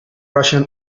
russian